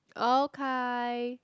okay